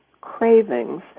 cravings